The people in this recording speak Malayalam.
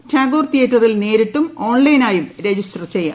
ടാഗോർ തിയേറ്ററിൽ നേരിട്ടും ഓൺലൈനായും രജിസ്റ്റർ ചെയ്യാം